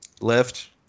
Left